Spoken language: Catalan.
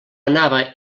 anava